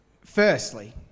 Firstly